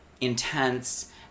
intense